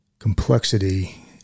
Complexity